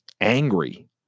angry